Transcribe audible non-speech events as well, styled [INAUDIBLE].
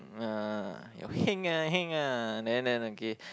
uh your heng ah heng ah [NOISE] okay